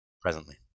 presently